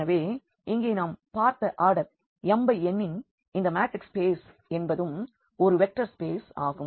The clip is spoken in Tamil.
எனவே இங்கே நாம் பார்த்த ஆர்டர் m×nஇன் இந்த மேட்ரிக்ஸ் ஸ்பேசஸ் என்பதும் ஒரு வெக்டார் ஸ்பேஸ் ஆகும்